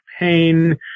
Pain